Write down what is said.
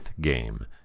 game